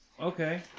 Okay